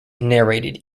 narrated